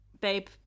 babe